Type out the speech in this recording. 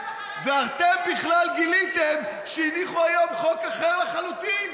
ואתם בכלל גיליתם שהניחו היום חוק אחר לחלוטין.